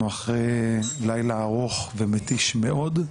אנחנו אחרי לילה ארוך ומתיש מאוד,